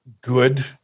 good